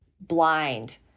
blind